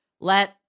let